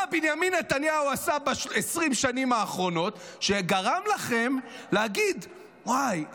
מה בנימין נתניהו עשה ב-20 השנים האחרונות שגרם לכם להגיד: וואי,